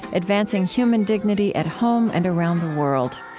advancing human dignity at home and around the world.